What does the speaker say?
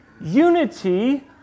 unity